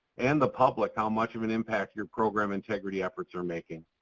and the public how much of an impact your program integrity efforts are making.